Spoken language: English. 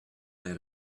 let